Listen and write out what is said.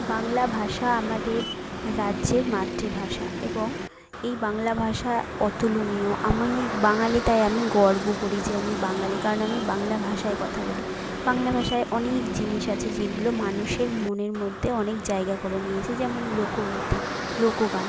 বাংলা ভাষা আমাদের রাজ্যের মাতৃভাষা এবং এই বাংলা ভাষা অতুলনীয় আমি এক বাঙালি তাই আমি গর্ব করি যে আমি বাঙালি কারণ আমি বাংলা ভাষায় কথা বলি বাংলা ভাষায় অনেক জিনিস আছে যেগুলো মানুষের মনের মধ্যে অনেক জায়গা করে নিয়েছে যেমন লোকগীতি লোকগান